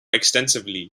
extensively